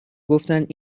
گفتند